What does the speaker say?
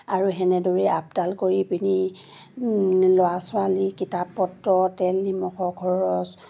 আৰু সেনেদৰেই আপডাল কৰি পিনি ল'ৰা ছোৱালী কিতাপ পত্ৰ তেল নিমখৰ খৰচ